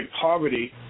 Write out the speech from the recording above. poverty